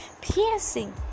piercing